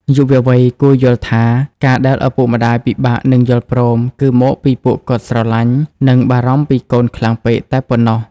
យុវវ័យគួរយល់ថា ការដែលឪពុកម្ដាយពិបាកនឹងយល់ព្រម គឺមកពីពួកគាត់ស្រឡាញ់ និងបារម្ភពីកូនខ្លាំងពេកតែប៉ុណ្ណោះ។